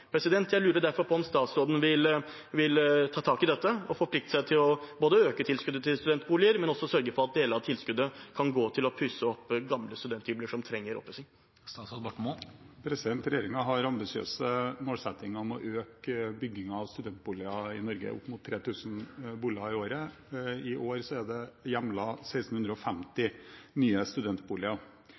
Jeg lurer derfor på om statsråden vil ta tak i dette og forplikte seg til ikke bare å øke tilskuddet til studentboliger, men også sørge for at deler av tilskuddet kan gå til å pusse opp gamle studenthybler som trenger oppussing. Regjeringen har ambisiøse målsettinger om å øke byggingen av studentboliger i Norge, opp mot 3 000 boliger i året. I år er det hjemlet 1 650 nye studentboliger.